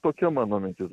tokia mano mintis